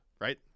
right